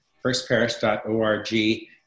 firstparish.org